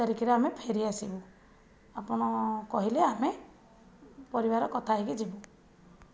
ଏକ ତାରିଖରେ ଆମେ ଫେରିଆସିବୁ ଆପଣ କହିଲେ ଆମେ ପରିବାର କଥା ହେଇକି ଯିବୁ